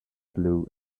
blue